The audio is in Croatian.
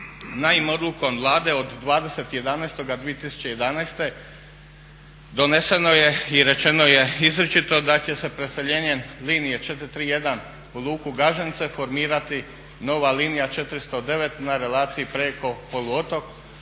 Naime, odlukom Vlade od 20.11.2011.doneseno je i rečeno je izričito da će se preseljenje linije 431 u Luku Gaženica formirati nova linija 409 na relaciji Preko poluotok